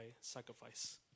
sacrifice